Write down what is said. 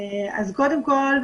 קודם כל,